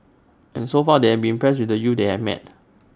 and so far they have been impressed with the youths they have met